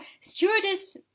stewardess